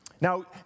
Now